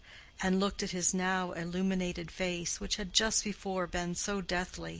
and looked at his now illuminated face, which had just before been so deathly.